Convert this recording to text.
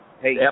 hey